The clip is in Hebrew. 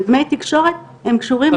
ודמי תקשורת, הם קשורים לגיל ההתחרשות.